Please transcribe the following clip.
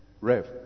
Rev